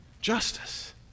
Justice